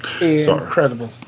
Incredible